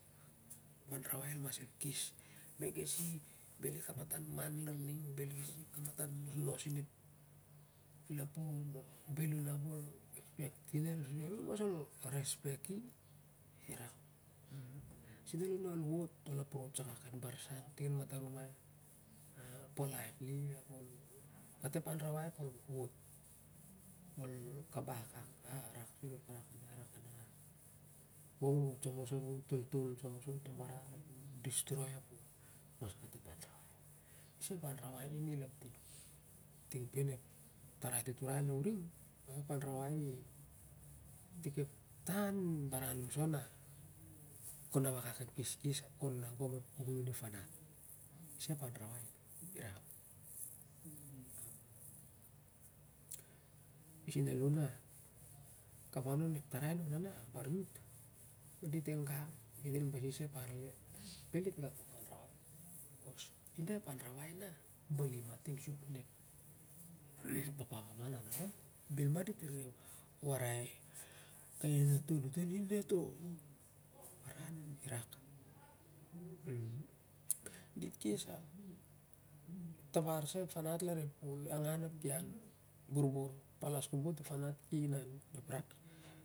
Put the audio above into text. Ep anrawai el mas el kes, megesi beli kamatan man larning beli kamatan nosnos nep lapun oh belu nap ol expeki, ol mas al respek irak suna na ol wot, ol aprots aka ep barsan ting an matarumai, ahah polaitli.